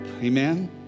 Amen